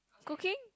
cooking